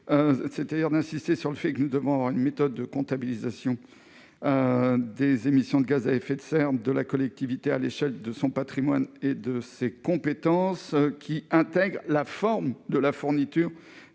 en effet, insister sur la nécessité de développer une méthode de comptabilisation des émissions de gaz à effet de serre de la collectivité, à l'échelle de son patrimoine et de ses compétences, qui intègre la forme de la fourniture